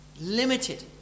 Limited